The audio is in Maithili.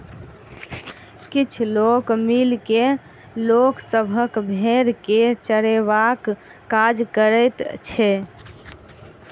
किछ लोक मिल के लोक सभक भेंड़ के चरयबाक काज करैत छै